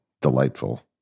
delightful